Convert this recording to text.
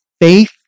faith